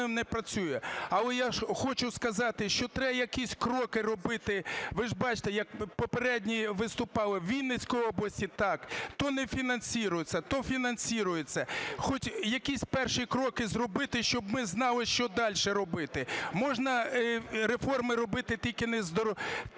Але я ж хочу сказати, що треба якісь кроки робити. Ви ж бачите, як попередній виступав. Вінницької області, так. То не финансируется, то финансируется. Хоч якісь перші кроки зробити, щоб ми знали, що дальше робити. Можна реформи робити, тільки такі